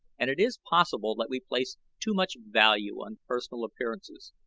and it is possible that we place too much value on personal appearances.